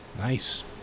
Nice